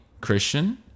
Christian